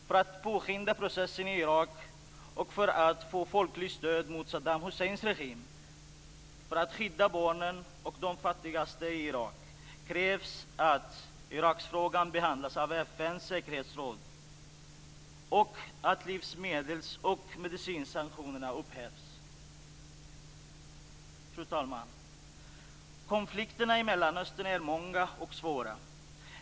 För att påskynda processen i Irak, för att få folkligt stöd mot Saddam Husseins regim och för att skydda barnen och de fattigaste i Irak krävs att Irakfrågan behandlas av FN:s säkerhetsråd och att livsmedels och medicinsanktionerna upphävs. Fru talman! Konflikterna i Mellanöstern är många och svåra.